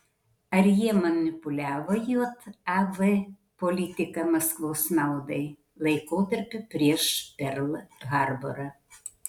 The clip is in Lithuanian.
ar jie manipuliavo jav politika maskvos naudai laikotarpiu prieš perl harborą